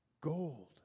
Gold